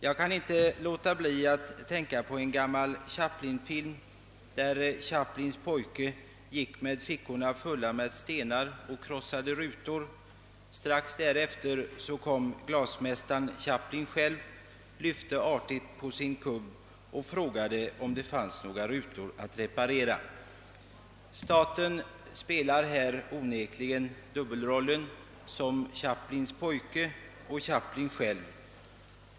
Jag kan inte låta bli att tänka på en gammal Chaplinfilm, där Chaplins pojke gick med fickorna fulla med stenar, varmed han krossade rutor. Strax därefter kommer glasmästaren Chaplin själv, lyfter artigt på sin kubb och frågar om det finns några rutor att reparera. Staten spelar här onekligen dubbelrollen som Chaplins pojke och Chaplin själv.